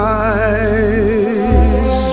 eyes